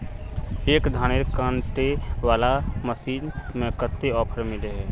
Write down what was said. एक धानेर कांटे वाला मशीन में कते ऑफर मिले है?